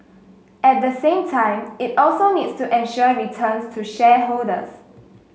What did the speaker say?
at the same time it also needs to ensure returns to shareholders